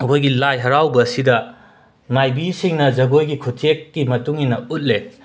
ꯑꯩꯈꯣꯏꯒꯤ ꯂꯥꯏ ꯍꯔꯥꯎꯕ ꯑꯁꯤꯗ ꯃꯥꯏꯕꯤꯁꯤꯡꯅ ꯖꯒꯣꯏꯒꯤ ꯈꯨꯊꯦꯛꯀꯤ ꯃꯇꯨꯡ ꯏꯟꯅ ꯎꯠꯂꯦ